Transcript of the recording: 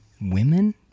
women